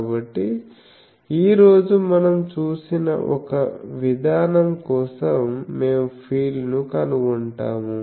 కాబట్టి ఈ రోజు మనం చూసిన ఒక విధానం కోసం మేము ఫీల్డ్ను కనుగొంటాము